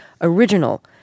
original